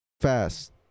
fast